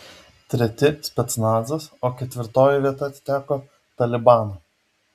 treti specnazas o ketvirtoji vieta atiteko talibanui